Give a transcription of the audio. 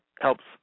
helps